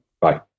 bye